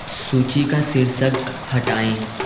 सूची का शीर्षक हटाएँ